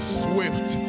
swift